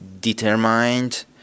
determined